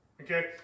Okay